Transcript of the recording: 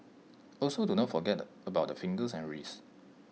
also do not forget about the fingers and wrists